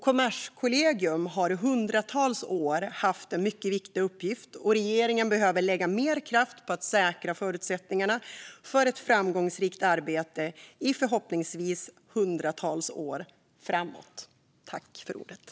Kommerskollegium har i hundratals år haft en mycket viktig uppgift, och regeringen behöver lägga mer kraft på att säkra förutsättningarna för ett framgångsrikt arbete i förhoppningsvis hundratals år framöver.